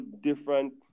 different